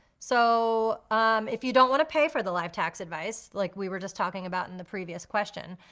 so if you don't wanna pay for the live tax advice, like we were just talking about in the previous question,